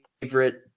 favorite